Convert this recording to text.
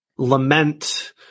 Lament